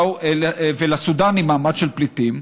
ולסודאנים מעמד של פליטים,